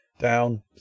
down